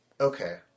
okay